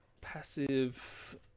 passive